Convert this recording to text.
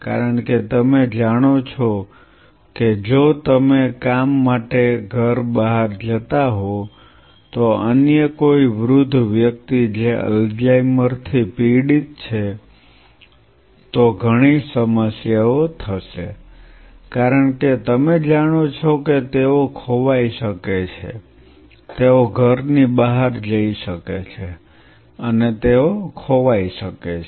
કારણ કે તમે જાણો છો કે જો તમે કામ માટે ઘર બહાર જતા હોવ તો અન્ય કોઈ વૃદ્ધ વ્યક્તિ જે અલ્ઝાઇમર થી પીડિત છે તો ઘણી સમસ્યાઓ થશે કારણ કે તમે જાણો છો કે તેઓ ખોવાઈ શકે છે તેઓ ઘરની બહાર જઈ શકે છે અને તેઓ ખોવાઈ શકે છે